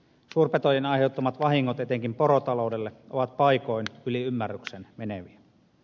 suurpetojen aiheuttamat vahingot etenkin porotaloudelle ovat paikoin yli ymmärryksen meneviä